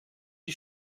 die